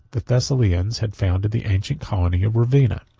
the thessalians had founded the ancient colony of ravenna,